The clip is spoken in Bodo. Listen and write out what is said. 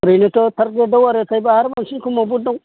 ओरैनोथ' थार्ड ग्रेडआव आरोथायबा बांसिन खमावबो दं